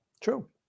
True